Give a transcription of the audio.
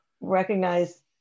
recognize